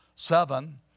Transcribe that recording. Seven